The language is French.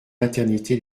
maternité